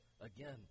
again